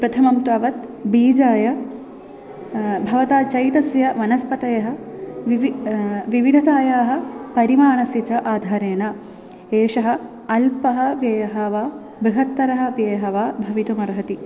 प्रथमं तावत् बीजाय भवता चैतस्य वनस्पतयः विवि विविधतायाः परिमाणस्य च आधारेण एषः अल्पः व्ययः वा बृहत्तरः अव्ययः वा भवितुमर्हति